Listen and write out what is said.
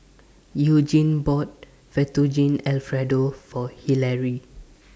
Eugene bought Fettuccine Alfredo For Hillary